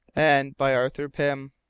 and by arthur pym.